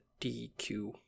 DQ